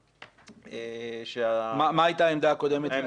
שה --- מה הייתה העמדה הקודמת?